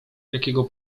jakiego